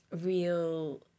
real